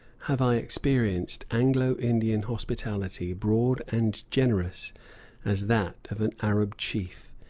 have i experienced anglo-indian hospitality broad and generous as that of an arab chief,